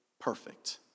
perfect